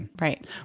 Right